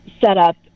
setup